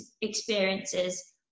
experiences